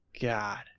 God